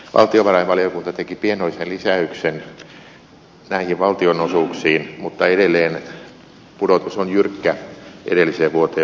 valtiovarainvaliokunta teki pienoisen lisäyksen näihin valtionosuuksiin mutta edelleen pudotus on jyrkkä edelliseen vuoteen verrattuna